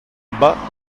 bas